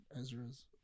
Ezra's